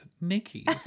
Nikki